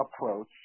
approach